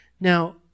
Now